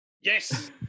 Yes